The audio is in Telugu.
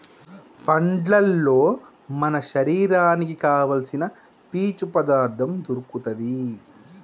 పండ్లల్లో మన శరీరానికి కావాల్సిన పీచు పదార్ధం దొరుకుతది